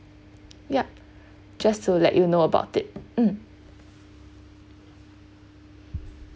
yup just so that you know about it um